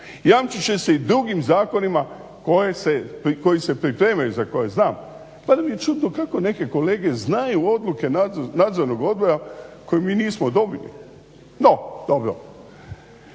Jamčit će se i drugim zakonima koji se pripremaju za koje znam, pa mi je čudno kako neke kolege znaju odluke nadzornog odbora koju mi nismo dobili. No, dobro.